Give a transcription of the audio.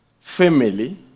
family